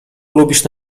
lubisz